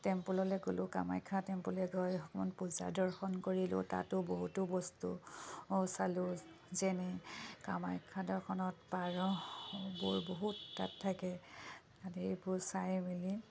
টেম্পললৈ গ'লোঁ কামাখ্যা টেম্পললৈ গৈ অকমান পূজা দৰ্শন কৰিলোঁ তাতো বহুতো বস্তু চালোঁ যেনে কামাখ্যা দৰ্শনত পাৰবোৰ বহুত তাত থাকে তাতে এইবোৰ চাই মেলি